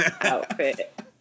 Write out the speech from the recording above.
outfit